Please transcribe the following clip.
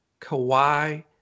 Kawhi